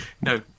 No